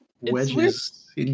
wedges